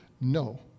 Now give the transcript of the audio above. No